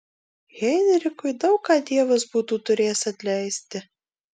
heinrichui daug ką dievas būtų turėjęs atleisti